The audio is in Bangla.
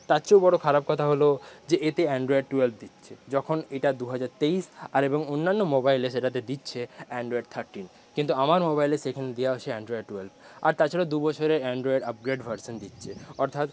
তারচেয়েও বড়ো খারাপ কথা হল যে এতে অ্যান্ড্রয়েড টুয়েলভ দিচ্ছে যখন এটা দু হাজার তেইশ আর এবং অন্যান্য মোবাইলে সেটাতে দিচ্ছে অ্যান্ড্রয়েড থার্টিন কিন্তু আমার মোবাইলে সেখানে দেওয়া আছে অ্যান্ড্রয়েড টুয়েলভ আর তাছাড়া দুবছরের অ্যান্ড্রয়েড আপগ্রেড ভার্সন দিচ্ছে অর্থাৎ